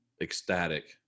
ecstatic